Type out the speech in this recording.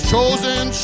chosen